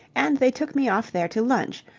and they took me off there to lunch,